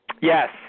Yes